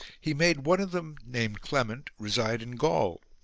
he made one of them named clement reside in gaul,